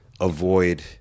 avoid